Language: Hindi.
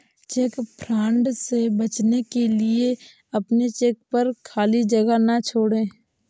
चेक फ्रॉड से बचने के लिए अपने चेक पर खाली जगह ना छोड़ें